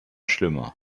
schlimmer